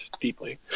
deeply